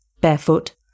barefoot